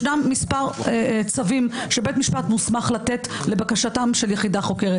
יש מספר צווים שבית משפט מוסמך לתת לבקשתה של יחידה חוקרת.